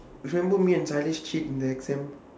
remember me and charlie cheat in the exam